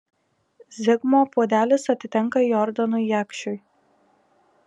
zigmo puodelis atitenka jordanui jakšiui